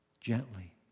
gently